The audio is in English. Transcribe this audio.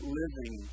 living